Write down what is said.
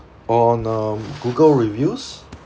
on uh google reviews